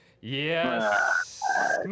Yes